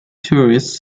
tourist